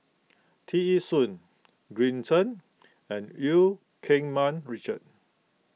Tear Ee Soon Green Zeng and Eu Keng Mun Richard